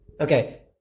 Okay